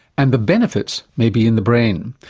and the benefits may be in the brain.